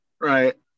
Right